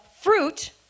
fruit